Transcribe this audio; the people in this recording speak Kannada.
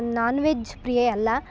ನಾನ್ ವೆಜ್ ಪ್ರಿಯೆ ಅಲ್ಲ